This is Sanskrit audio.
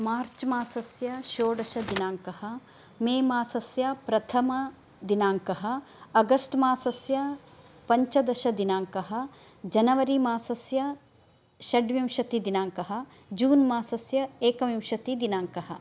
मार्च् मासस्य षोडशदिनाङ्क मे मासस्य प्रथमदिनाङ्क अगस्ट् मासस्य पञ्चदशदिनाङ्क जनवरी मासस्य षड्विंशतिदिनाङ्कः जून् मासस्य एकविंशतिदिनाङ्क